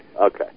Okay